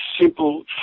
simple